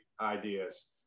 ideas